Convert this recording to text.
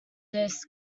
this